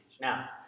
Now